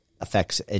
affects